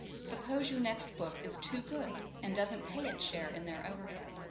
suppose your next book is too good and doesn't pay its share in their overhead.